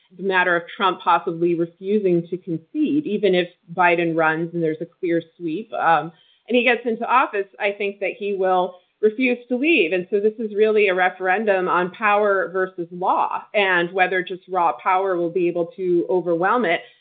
the matter of trump possibly refusing to concede, even if biden runs and there's a clear sweep um and he gets into office, i think that he will refuse to leave. and so this is really a referendum on power versus law and whether just raw power will be able to overwhelm it.